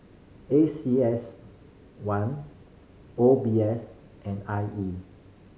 A C S one O B S and I E